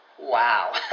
Wow